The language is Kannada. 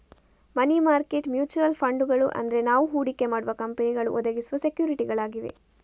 ಮನಿ ಮಾರ್ಕೆಟ್ ಮ್ಯೂಚುಯಲ್ ಫಂಡುಗಳು ಅಂದ್ರೆ ನಾವು ಹೂಡಿಕೆ ಮಾಡುವ ಕಂಪನಿಗಳು ಒದಗಿಸುವ ಸೆಕ್ಯೂರಿಟಿಗಳಾಗಿವೆ